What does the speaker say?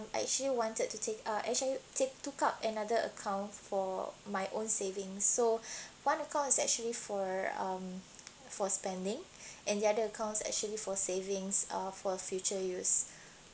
I actually wanted to take uh actually take took up another account for my own savings so one account is actually for um for spending and the other account's actually for savings uh for future use